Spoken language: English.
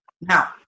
Now